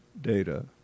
data